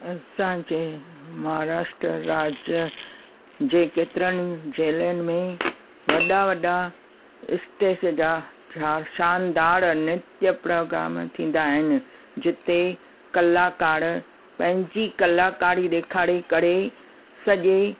असांजे महाराष्ट्र राज्य जे केतिरनि जेलनि में वॾा वॾा स्टेश जा छा शानदार नित्य प्रोग्राम थींदा आहिनि जिते कलाकार पंहिंजी कलाकारी ॾेखारे करे सॼे